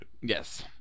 Yes